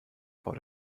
vor